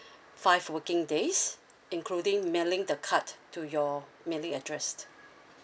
five working days including mailing the card to your mailing address